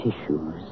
tissues